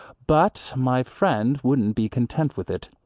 but my friend wouldn't be content with it.